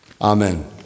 Amen